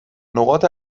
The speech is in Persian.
نقاط